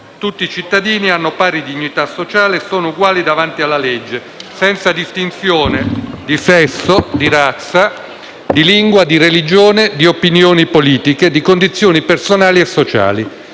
«Tutti i cittadini hanno pari dignità sociale e sono uguali davanti alla legge senza distinzione di sesso, di razza, di lingua, di religione, di opinioni politiche, di condizioni personali e sociali».